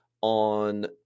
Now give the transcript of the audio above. on